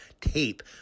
tape